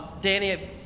Danny